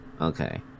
okay